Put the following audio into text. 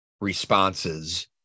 responses